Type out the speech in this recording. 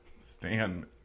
Stan